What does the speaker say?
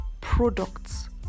products